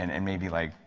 and and maybe like,